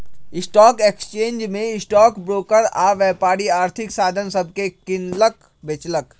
stock exchange में stock broker आऽ व्यापारी आर्थिक साधन सभके किनलक बेचलक